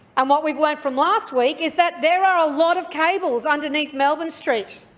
um what we've learnt from last week is that there are a lot of cables underneath melbourne street,